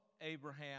Abraham